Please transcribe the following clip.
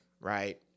right